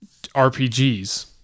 RPGs